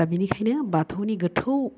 दा बिनिखायनो बाथौनि गोथौ